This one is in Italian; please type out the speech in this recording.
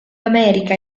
america